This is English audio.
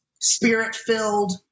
spirit-filled